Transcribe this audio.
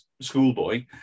schoolboy